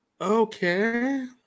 okay